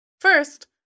First